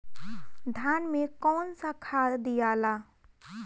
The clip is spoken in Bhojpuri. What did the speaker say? धान मे कौन सा खाद दियाला?